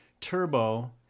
Turbo